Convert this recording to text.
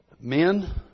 Men